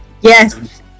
Yes